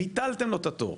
ביטלתם לו את התור.